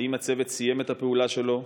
האם הצוות סיים את הפעולה שלו?